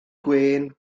gwên